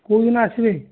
କେଉଁ ଦିନ ଆସିବେ